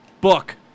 book